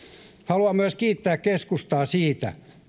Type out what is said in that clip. haluan myös kiittää keskustaa siitä